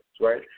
right